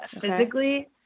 physically